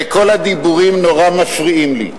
וכל הדיבורים נורא מפריעים לי.